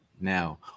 Now